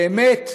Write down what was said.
באמת,